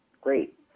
Great